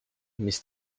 mis